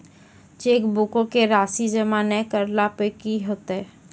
चेकबुको के राशि जमा नै करला पे कि होतै?